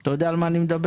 אתה יודע על מה אני מדבר?